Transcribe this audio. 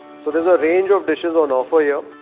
so there's a range of dishes on offer yeah ah